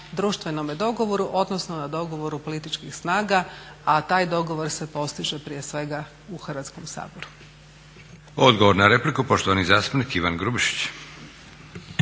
društvenome dogovoru, odnosno na dogovoru političkih snaga a taj dogovor se postiže prije svega u Hrvatskom saboru. **Leko, Josip (SDP)** Odgovor na repliku poštovani zastupnik Ivan Grubišić.